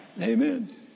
Amen